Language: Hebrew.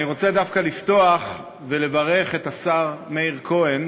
אני רוצה לפתוח ולברך את השר מאיר כהן